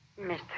Mr